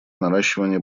наращивание